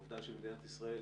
העובדה שמדינת ישראל